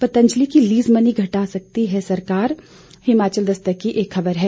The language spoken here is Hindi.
पंतजलि की लीज मनी घटा सकती है सरकार हिमाचल दस्तक की एक ख़बर है